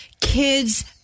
Kids